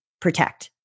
protect